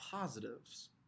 positives